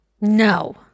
No